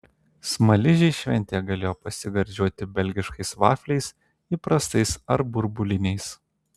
smaližiai šventėje galėjo pasigardžiuoti belgiškais vafliais įprastais ar burbuliniais